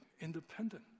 independent